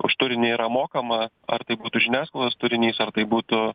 už turinį yra mokama ar tai būtų žiniasklaidos turinys ar tai būtų